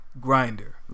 grinder